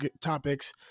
topics